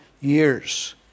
years